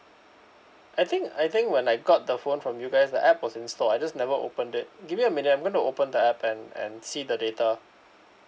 I think I think when I got the phone from you guys the app was installed I just never opened it give me a minute I'm gonna open the app and and see the data